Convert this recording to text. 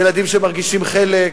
ילדים שמרגישים חלק,